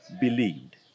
believed